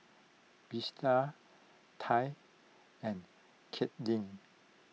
Tye and Katelyn